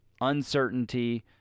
uncertainty